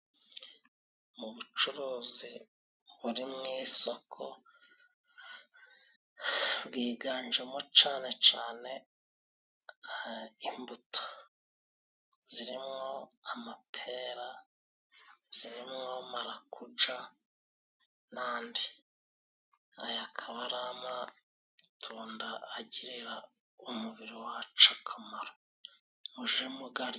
Mu bucuruzi buri mu isoko, bwiganjemo cane cane imbuto zirimwo amapera zirimwo marakuja n'andi .Aya akaba ari amatunda agirira umubiri wacu akamaro muje mugarya.